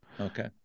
okay